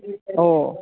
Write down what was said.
ഓ